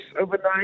overnight